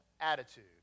attitude